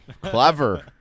clever